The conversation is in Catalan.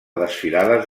desfilades